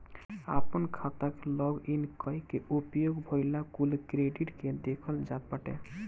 आपन खाता के लॉग इन कई के उपयोग भईल कुल क्रेडिट के देखल जात बाटे